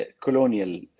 colonial